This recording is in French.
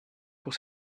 pour